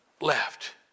left